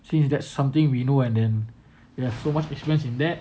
since that is something we know and then you have so much interest in that